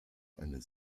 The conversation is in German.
eine